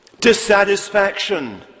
dissatisfaction